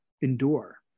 endure